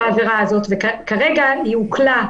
כרגע היא הוקלה,